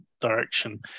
direction